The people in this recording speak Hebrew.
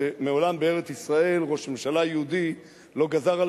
כי מעולם בארץ-ישראל ראש ממשלה יהודי לא גזר על